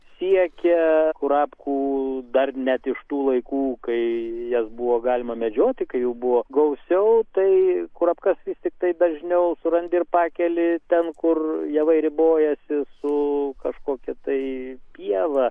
siekia kurapkų dar net iš tų laikų kai jas buvo galima medžioti kai buvo gausiau tai kurapkas vis tiktai dažniau surandi ir pakeli ten kur javai ribojasi su kažkokia tai pieva